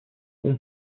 ont